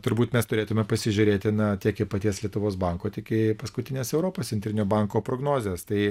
turbūt mes turėtume pasižiūrėti na tiek į paties lietuvos banko tiek į paskutines europos centrinio banko prognozes tai